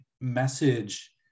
message